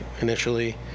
initially